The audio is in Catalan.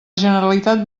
generalitat